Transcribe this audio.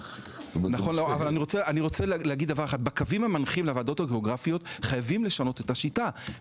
--- בקווים המנחים לוועדות הגיאוגרפיות חייבים לשנות את השיטה.